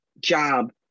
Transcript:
job